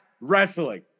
Wrestling